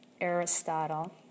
Aristotle